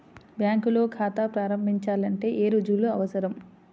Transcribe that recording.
బ్యాంకులో ఖాతా ప్రారంభించాలంటే ఏ రుజువులు అవసరం?